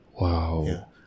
Wow